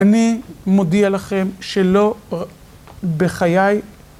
אני מודיע לכם שלא בחיי.